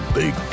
big